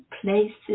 places